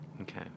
Okay